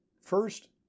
First